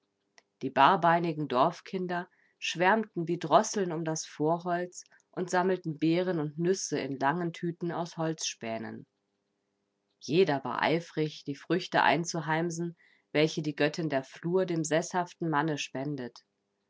die barbeinigen dorfkinder schwärmten wie drosseln um das vorholz und sammelten beeren und nüsse in langen tüten aus holzspänen jeder war eifrig die früchte einzuheimsen welche die göttin der flur dem seßhaften manne spendet